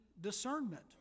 discernment